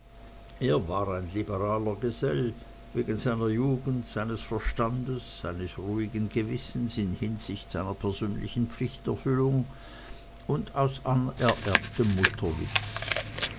er war ein liberaler gesell wegen seiner jugend seines verstandes seines ruhigen gewissens in hinsicht seiner persönlichen pflichterfüllung und aus